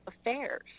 affairs